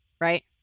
Right